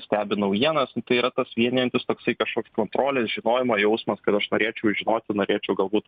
stebi naujienas nu tai yra tas vienijantis toksai kažkoks kontrolės žinojimo jausmas kad aš norėčiau žinoti norėčiau galbūt